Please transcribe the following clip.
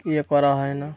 ইয়ে করা হয় না